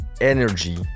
energy